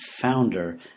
founder